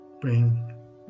bring